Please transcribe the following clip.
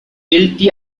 guilty